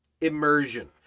immersion